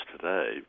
today